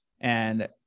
and-